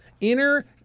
Inner